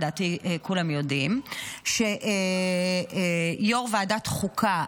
לדעתי כולם יודעים שיושב-ראש ועדת חוקה,